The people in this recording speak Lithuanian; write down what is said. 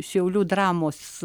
šiaulių dramos